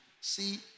See